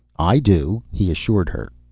i do, he assured her.